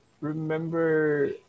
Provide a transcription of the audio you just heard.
remember